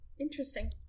Interesting